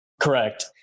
Correct